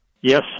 Yes